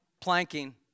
planking